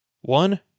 One